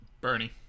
Bernie